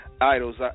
Idols